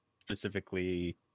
specifically